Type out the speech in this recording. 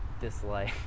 dislike